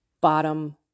Bottom